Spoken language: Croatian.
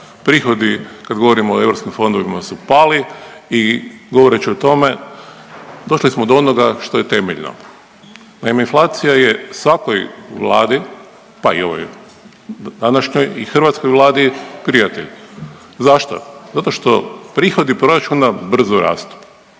prihodi kad govorimo o europskim fondovima su pali i govoreći o tome došli smo do onoga što je temeljno. Naime, inflacija je svakoj vladi, pa i ovoj današnjoj i hrvatskoj vladi prijatelj. Zašto? Zato što prihodi proračuna brzo rastu.